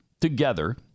together